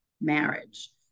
marriage